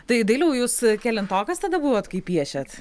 tai dailiau jūs kelintokas tada buvot kai piešėt